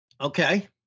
Okay